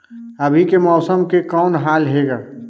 अभी के मौसम के कौन हाल हे ग?